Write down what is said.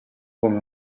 come